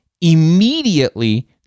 immediately